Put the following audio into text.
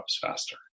faster